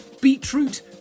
beetroot